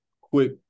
quick